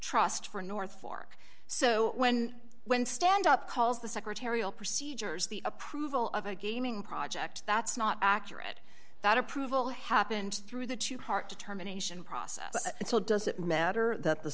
trust for north fork so when when stand up calls the secretarial procedures the approval of a gaming project that's not accurate that approval happened through the two heart determination process so it doesn't matter that the